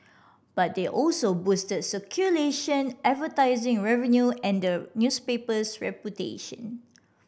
but they also boosted circulation advertising revenue and the newspaper's reputation